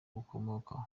bukomoka